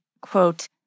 quote